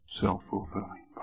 self-fulfilling